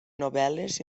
novel·les